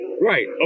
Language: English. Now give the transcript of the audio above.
right